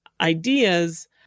ideas